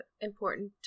important